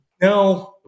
no